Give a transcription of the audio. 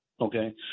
okay